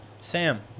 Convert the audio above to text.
Sam